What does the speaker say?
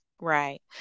Right